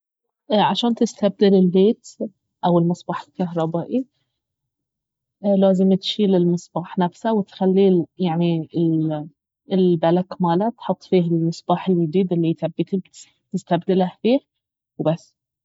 عشان تستبدل الليت او المصباح الكهربائي لازم تشيل المصباح نفسه وتخلي يعني ال-البلك ماله تحط فيه المصباح اليديد الي تبي تستبدله فيه وبس